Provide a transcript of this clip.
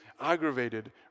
aggravated